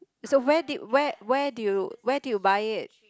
so where did where where did you where did you buy it